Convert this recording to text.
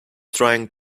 trying